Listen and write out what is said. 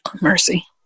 Mercy